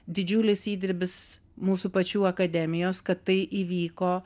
didžiulis įdirbis mūsų pačių akademijos kad tai įvyko